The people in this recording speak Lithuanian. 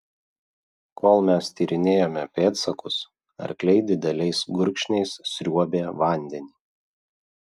kol mes tyrinėjome pėdsakus arkliai dideliais gurkšniais sriuobė vandenį